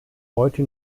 heute